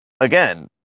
again